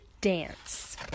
dance